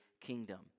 kingdom